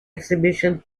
exhibition